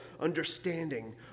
understanding